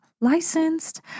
licensed